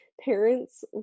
parents